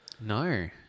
No